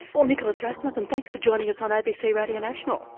well nicolas rasmussen thanks for joining us on abc radio national.